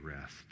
rest